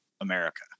America